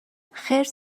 خرس